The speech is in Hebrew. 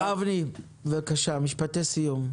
אבני, בבקשה, משפטי סיום.